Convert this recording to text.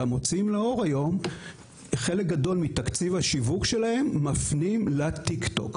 והמוציאים לאור היום חלק גדול מתקציב השיווק שלהם מפנים לטיק-טוק,